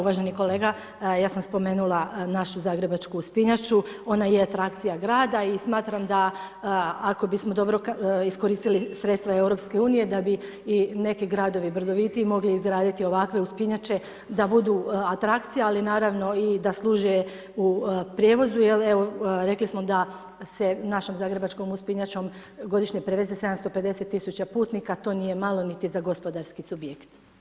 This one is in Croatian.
Uvaženi kolega, ja sam spomenula našu zagrebačku uspinjaču ona je atrakcija grada i smatram da ako bismo dobro iskoristili sredstva EU da bi neki gradovi brovitiji mogli izgraditi ovakve uspinjače da budu atrakcija, ali naravno da služe u prijevozu, jer evo, rekli smo da se našom zagrebačkom uspinjačom godišnje preveze 750 tisuća putnika, to nije malo niti za gospodarski subjekt.